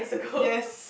yes